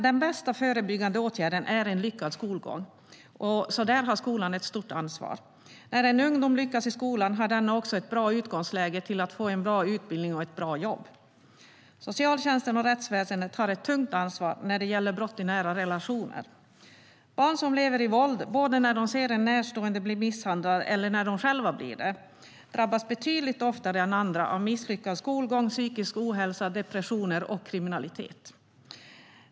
Den bästa förebyggande åtgärden är en lyckad skolgång, och där har skolan ett tungt ansvar. När en ungdom lyckas i skolan har denna också ett bra utgångsläge till att få en bra utbildning och ett bra jobb. Socialtjänsten och rättsväsendet har ett tungt ansvar när det gäller brott i nära relationer. Barn som lever i våld, både när de ser en närstående bli misshandlad eller när de själva blir det, drabbas betydligt oftare än andra av misslyckad skolgång, psykisk ohälsa, depressioner och kriminalitet.